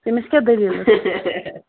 تٔمِس کیٛاہ دٔلیٖل ٲس